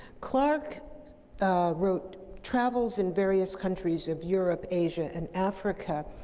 clarke wrote travels in various countries of europe, asia, and africa,